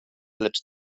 lecz